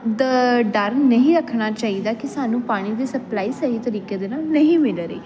ਦ ਡਰ ਨਹੀਂ ਰੱਖਣਾ ਚਾਹੀਦਾ ਕਿ ਸਾਨੂੰ ਪਾਣੀ ਦੀ ਸਪਲਾਈ ਸਹੀ ਤਰੀਕੇ ਦੇ ਨਾਲ ਨਹੀਂ ਮਿਲ ਰਹੀ